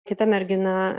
kita mergina